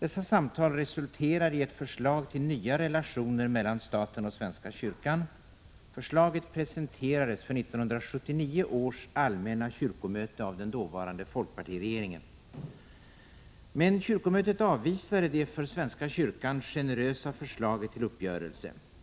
Dessa samtal resulterade i ett förslag till nya relationer mellan staten och svenska kyrkan. Förslaget presenterades för 1979 års allmänna kyrkomöte av den dåvarande folkpartiregeringen. Kyrkomötet avvisade emellertid det för svenska kyrkan generösa förslaget till uppgörelse.